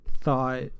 thought